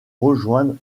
rejoindre